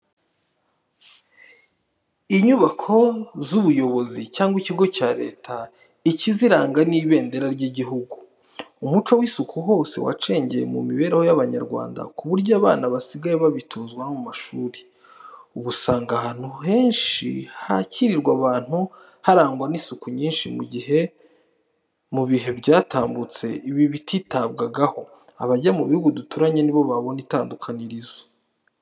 Inyubako z'ubuyobozi cyangwa ikigo cya Leta, ikiziranga ni ibendera ry'igihugu. Umuco w'isuku hose wacengeye mu mibereho y'Abanyarwanda ku buryo abana basigaye babitozwa no mu mashuri. Ubu usanga ahantu henshi hakirirwa abantu, harangwa n'isuku nyinshi mu gihe mu bihe byatambutse ibi bititabwagaho. Abajya mu bihugu duturanye ni bo babona itandukanirizo.